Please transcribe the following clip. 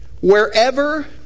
wherever